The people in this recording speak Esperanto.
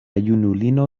junulino